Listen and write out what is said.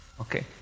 Okay